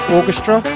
Orchestra